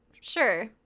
sure